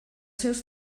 seus